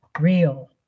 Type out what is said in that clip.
real